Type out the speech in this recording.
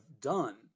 done